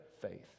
faith